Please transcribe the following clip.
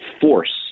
force